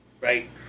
Right